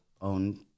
own